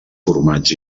formats